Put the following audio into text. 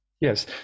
yes